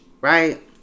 right